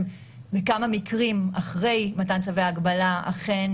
בכמה מקרים אחרי מתן צווי ההגבלה אכן